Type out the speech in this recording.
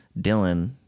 Dylan